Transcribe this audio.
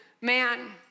man